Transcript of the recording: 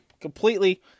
completely